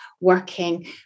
working